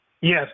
Yes